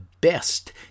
best